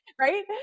Right